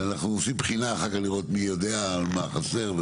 ואנחנו עושים בחינה אחר כך לבדוק מי יודע ומה חסר.